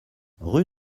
rue